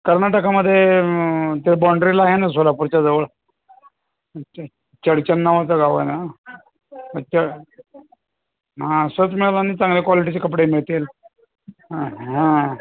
कर्नाटकामध्ये ते बाँंडरीला आहे ना सोलापूरच्या जवळ ते चडचन नावाचं गाव आहे ना मग च हां असंच मिळेल आणि चांगल्या क्वालिटीचे कपडे मिळतील हा हां